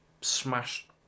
smashed